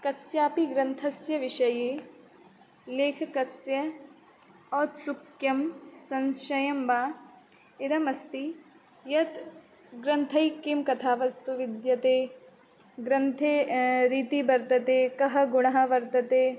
कस्यापि ग्रन्थस्य विषये लेखकस्य औत्सुक्यं संशयं वा इदमस्ति यत् ग्रन्थैक्यं कथावस्तु विद्यते ग्रन्थे रीतिः वर्तते कः गुणः वर्तते